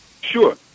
Sure